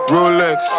Rolex